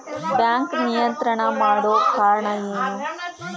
Bank ನಿಯಂತ್ರಣ ಮಾಡೊ ಕಾರ್ಣಾ ಎನು?